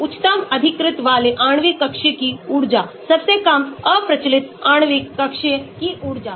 उच्चतम अधिकृत वाले आणविक कक्षीय की ऊर्जा सबसे कम अप्रचलित आणविक कक्षीय की ऊर्जा